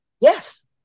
Yes